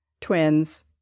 twins